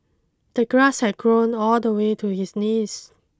the grass had grown all the way to his knees